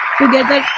together